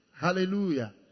Hallelujah